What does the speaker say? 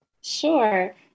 Sure